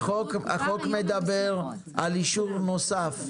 החוק מדבר על אישור נוסף.